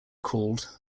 called